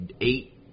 eight